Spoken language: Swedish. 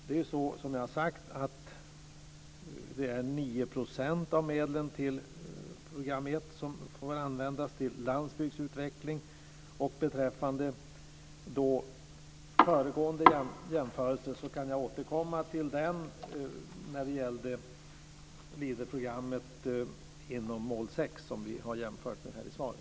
Det är, som jag har sagt, 9 % av medlen till mål 1 som får användas till landsbygdsutveckling. Den föregående jämförelsen, som gällde Leaderprogrammet inom mål 6, kan jag återkomma till.